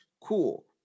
Cool